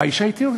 האישה, התיר.